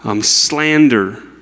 slander